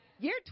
Year